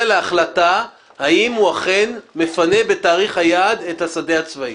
להחלטה האם הוא אכן מפנה בתאריך היעד את השדה הצבאי.